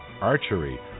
archery